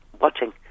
watching